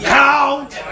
count